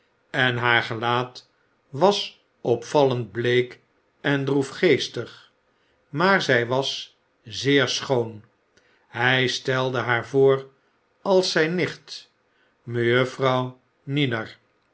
en haar gelaat was opvallend bleek en droefgeestig maar zy was zeer schoon hij stelde haar voor als zyn nicht